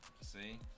See